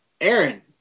Aaron